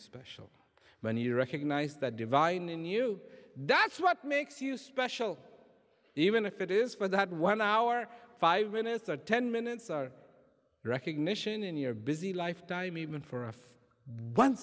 special when you recognize that divine in you that's what makes you special even if it is for that one hour five minutes or ten minutes or recognition in your busy life time even for of one